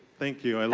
thank you. and